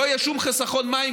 לא יהיה שום חיסכון מים,